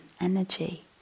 energy